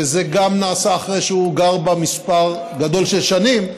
וזה גם נעשה אחרי שהוא גר בה מספר גדול של שנים,